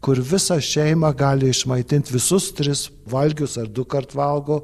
kur visą šeimą gali išmaitint visus tris valgius ar dukart valgo